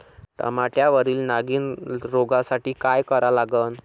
टमाट्यावरील नागीण रोगसाठी काय करा लागन?